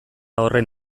horren